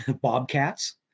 bobcats